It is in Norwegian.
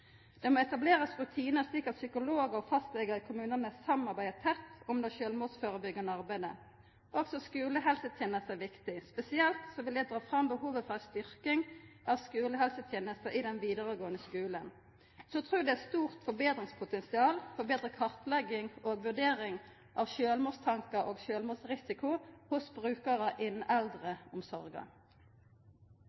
Det må etablerast rutinar, slik at psykologar og fastlegar i kommunane samarbeider tett om det sjølvmordsførebyggjande arbeidet. Også skulehelsetenesta er viktig. Spesielt vil eg dra fram behovet for ei styrking av skulehelsetenesta i den vidaregåande skulen. Så trur eg det er stort forbetringspotensial for kartlegging og vurdering av sjølvmordstankar og sjølvmordsrisiko hos brukarar innan